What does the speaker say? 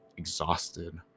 exhausted